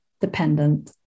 dependent